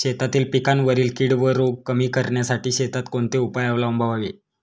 शेतातील पिकांवरील कीड व रोग कमी करण्यासाठी शेतात कोणते उपाय अवलंबावे?